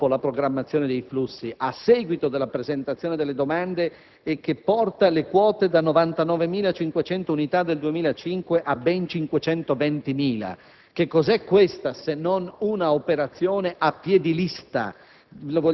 un atto che interviene sostanzialmente dopo la programmazione dei flussi, a seguito della presentazione delle domande, e che porta le quote da 99.500 unità del 2005 a ben 520.000?